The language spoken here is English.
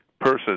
person